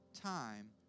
Time